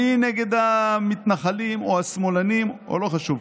אני נגד המתנחלים או השמאלנים או לא חשוב.